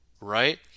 right